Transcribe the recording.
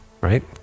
right